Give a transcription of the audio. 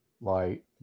light